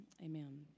amen